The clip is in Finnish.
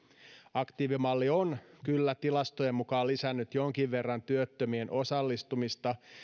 aktiivimalli on kyllä tilastojen mukaan lisännyt jonkin verran työttömien osallistumista